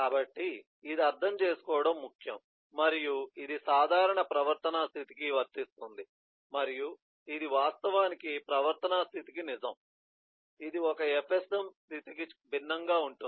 కాబట్టి ఇది అర్థం చేసుకోవడం ముఖ్యం మరియు ఇది సాధారణ ప్రవర్తనా స్థితికి వర్తిస్తుంది మరియు ఇది వాస్తవానికి ప్రవర్తనా స్థితికి నిజం ఇది ఒక FSM స్థితికి భిన్నంగా ఉంటుంది